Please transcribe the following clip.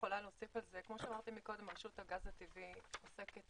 כמו שאמרתי מקודם, רשות הגז הטבעי עוסקת